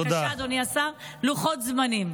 בבקשה, אדוני השר, לוחות זמנים.